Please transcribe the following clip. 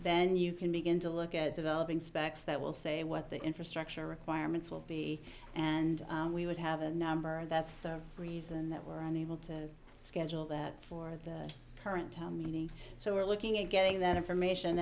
then you can begin to look at developing specs that will say what the infrastructure requirements will be and we would have a number that's the reason that we're unable to schedule that for the current time meaning so we're looking at getting that information